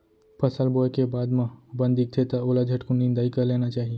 फसल बोए के बाद म बन दिखथे त ओला झटकुन निंदाई कर लेना चाही